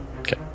Okay